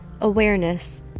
awareness